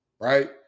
right